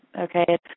okay